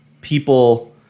people –